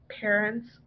parents